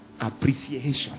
appreciation